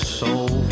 soul